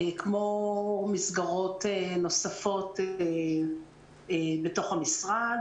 כמו מסגרות נוספות בתוך המשרד.